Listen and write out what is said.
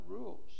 rules